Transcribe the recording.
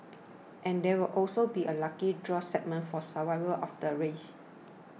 and there will also be a lucky draw segment for survivors of the race